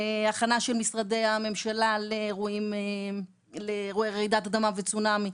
להכנה של משרדי הממשלה לאירועי רעידת אדמה וצונאמי,